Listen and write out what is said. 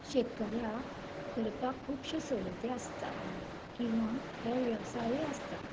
शेतकऱ्यांक करपाक खुबशो सवलती आसतात किंवा हेर वेवसायी आसतात